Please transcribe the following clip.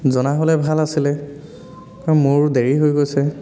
জনা হ'লে ভাল আছিলে মোৰ দেৰি হৈ গৈছে